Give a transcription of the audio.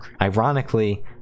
ironically